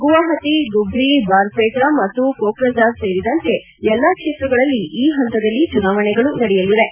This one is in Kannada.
ಗುವಾಹತಿ ಧುಬಿ ಬಾರ್ಪೇಟಾ ಮತ್ತು ಕೋಕ್ರಜಾರ್ ಸೇರಿದಂತೆ ಎಲ್ಲಾ ಕ್ಷೇತ್ರಗಳಲ್ಲಿ ಈ ಹಂತದಲ್ಲಿ ಚುನಾವಣೆಗಳು ನಡೆಯಲಿವೆ